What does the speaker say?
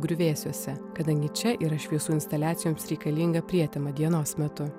griuvėsiuose kadangi čia yra šviesų instaliacijoms reikalinga prietema dienos metu